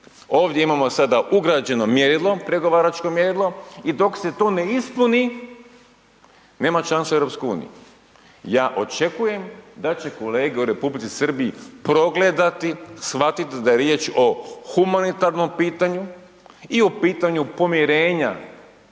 Ovdje imamo sada ugrađeno mjerilo, pregovaračko mjerilo i dok se to ne ispuni, nema šanse u EU. Ja očekujem da će kolege u Republici Srbiji progledati, shvatit da je riječ o humanitarnom pitanju i o pitanju pomirenja